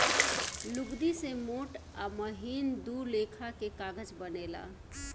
लुगदी से मोट आ महीन दू लेखा के कागज बनेला